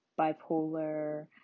bipolar